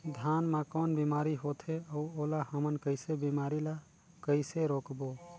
धान मा कौन बीमारी होथे अउ ओला हमन कइसे बीमारी ला कइसे रोकबो?